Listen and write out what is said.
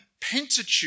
Pentateuch